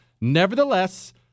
Nevertheless